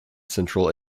central